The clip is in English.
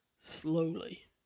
slowly